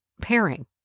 pairing